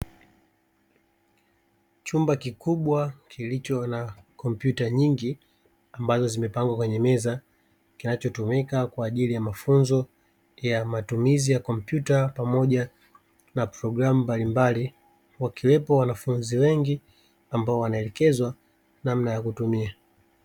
Chumba kikubwa kilicho na kompyuta nyingi ambazo zimepangwa kwenye meza kinachotumika kwa ajili ya mafunzo ya matumizi ya kompyuta pamoja na program mbalimbali wakiwepo wanafunzi wengi ambao waneekezwa namna ya kutumia.